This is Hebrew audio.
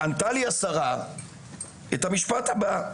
ענתה לי השרה את המשפט הבא,